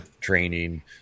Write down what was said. training